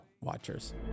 watchers